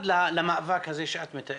למאבק הזה שאת מתארת.